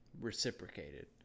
reciprocated